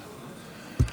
: